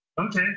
okay